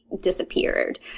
disappeared